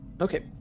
Okay